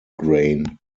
grain